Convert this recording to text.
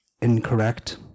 incorrect